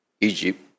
Egypt